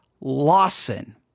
Lawson